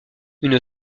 une